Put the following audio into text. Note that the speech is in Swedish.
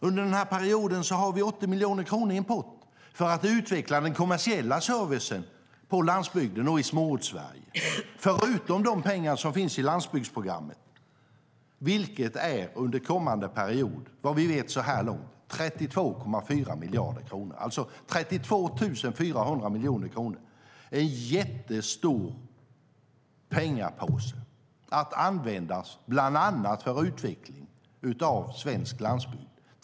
Under den här perioden har vi 80 miljoner kronor i en pott för att utveckla den kommersiella servicen på landsbygden och i Småortssverige, förutom de pengar som finns i landsbygdsprogrammet - det är under kommande period, vad vi vet så här långt, 32,4 miljarder kronor, alltså 32 400 miljoner kronor. Det är en jättestor pengapåse att använda bland annat för utveckling av svensk landsbygd.